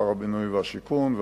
שר הבינוי והשיכון,